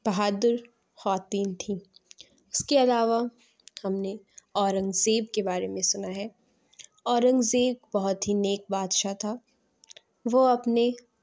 بہادر خواتین تھیں اِس کے علاوہ ہم نے اورنگ زیب کے بارے میں سُنا ہے اورنگ زیب بہت ہی نیک بادشاہ تھا وہ اپنے